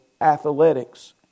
athletics